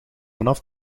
vanaf